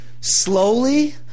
Slowly